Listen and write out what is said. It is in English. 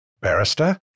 barrister